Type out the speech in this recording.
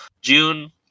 June